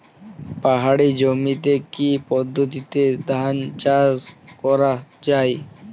পাহাড়ী জমিতে কি পদ্ধতিতে ধান চাষ করা যায়?